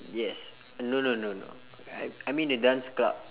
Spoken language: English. yes no no no no I~ I'm in a dance club